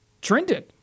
trended